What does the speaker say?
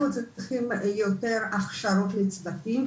אנחנו צריכים יותר הכשרות לצוותים,